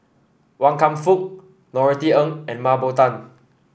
Wan Kam Fook Norothy Ng and Mah Bow Tan